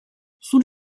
sul